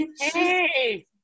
Hey